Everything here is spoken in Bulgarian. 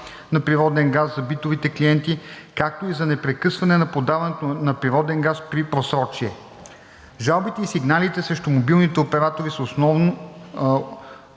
на природен газ за битовите клиенти, както и за непрекъсване на подаването на природен газ при просрочие. Жалбите и сигналите срещу мобилните оператори са основно